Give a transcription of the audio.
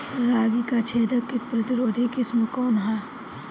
रागी क छेदक किट प्रतिरोधी किस्म कौन ह?